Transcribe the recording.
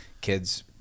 kids